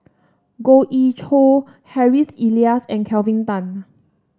Goh Ee Choo Harry Elias and Kelvin Tan